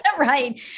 right